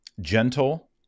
gentle